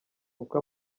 uko